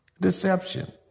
Deception